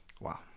wow